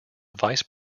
vice